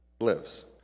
lives